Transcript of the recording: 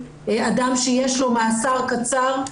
אדם שיש לו מאסר קצר.